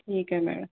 ठीक आहे मॅडम